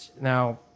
now